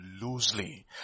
loosely